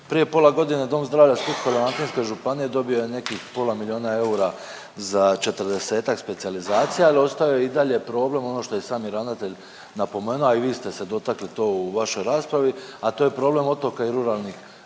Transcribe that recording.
Prije pola godine Dom zdravlja Splitsko-dalmatinske županije dobio je nekih pola milijuna eura za 40-ak specijalizacija ali ostao je i dalje problem ono što je i sami ravnatelj napomenuo, a i vi ste se dotakli to u vašoj raspravi, a to je problem otoka i ruralnih